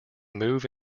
move